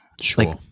Sure